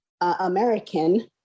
American